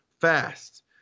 fast